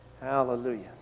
Hallelujah